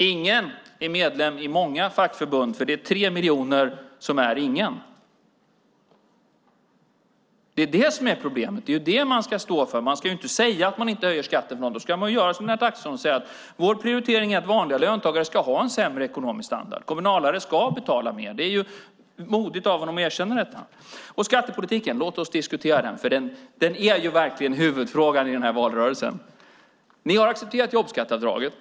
"Ingen" är medlem i många fackförbund, för det är tre miljoner som är "ingen". Det är det som är problemet. Det är det man ska stå för. Man ska inte säga att man inte höjer skatten för någon. Då ska man göra som Lennart Axelsson och säga: Vår prioritering är att vanliga löntagare ska ha en sämre ekonomisk standard. Kommunalare ska betala mer. Det är modigt av honom att erkänna detta. Låt oss diskutera skattepolitiken! För den är verkligen huvudfrågan i den här valrörelsen. Ni har accepterat jobbskatteavdraget.